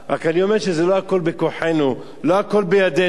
רק אני אומר שלא הכול בכוחנו, לא הכול בידנו,